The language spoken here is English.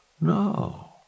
No